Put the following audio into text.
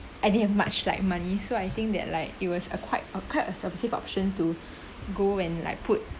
I didn't have much like money so I think that like it was a quite a quite a subversive option to go and like put